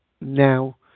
now